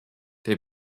der